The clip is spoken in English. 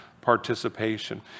participation